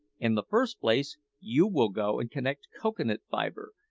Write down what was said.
in the first place, you will go and collect coca-nut fibre,